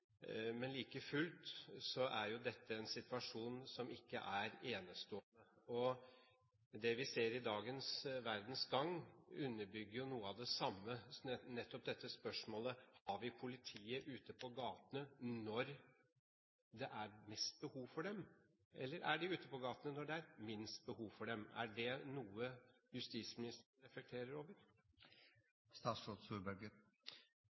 men like fullt er jo dette en situasjon som ikke er enestående. Det vi ser i dagens Verdens Gang, underbygger noe av det samme, nettopp dette spørsmålet: Har vi politi ute på gatene når det er mest behov for dem, eller er de ute på gatene når det er minst behov for dem? Er det noe justisministeren reflekterer over?